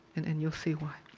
and and you'll see why.